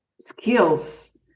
skills